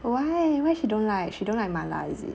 why why she don't like she don't like 麻辣 is it